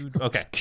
Okay